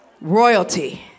Royalty